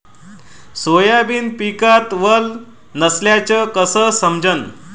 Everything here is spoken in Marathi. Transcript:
सोयाबीन पिकात वल नसल्याचं कस समजन?